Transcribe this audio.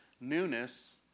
newness